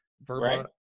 verba